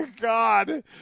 God